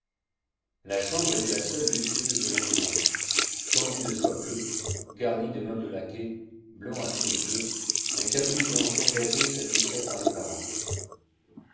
la chambre était la seule luxueuse de la maison tendue de soie bleue garnie de meubles laqués blancs à filets bleus un caprice d'enfant gâtée satisfait par les parents